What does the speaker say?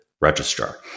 registrar